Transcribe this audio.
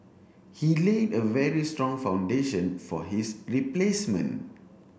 he laid a very strong foundation for his replacement